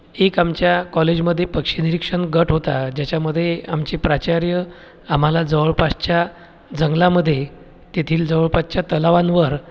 एक आमच्या कॉलेजमध्ये पक्षी निरीक्षण गट होता ज्याच्यामध्ये आमचे प्राचार्य आम्हाला जवळपासच्या जंगलामध्ये तेथील जवळपासच्या तलावांवर